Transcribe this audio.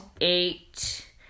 eight